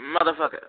motherfucker